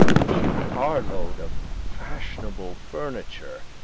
any carload of fashionable furniture.